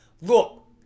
Look